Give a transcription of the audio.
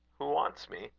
who wants me?